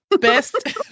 Best